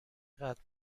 قدر